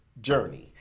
journey